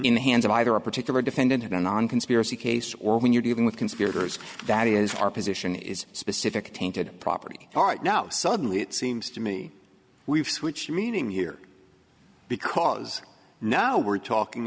in the hands of either a particular defendant or non conspiracy case or when you're dealing with conspirators that is our position is specific tainted property all right now suddenly it seems to me we've switched meaning here because now we're talking